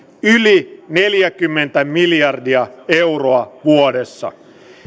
yli neljäkymmentä miljardia euroa vuodessa